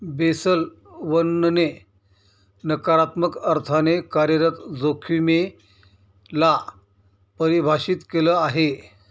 Basel one ने नकारात्मक अर्थाने कार्यरत जोखिमे ला परिभाषित केलं आहे